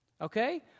Okay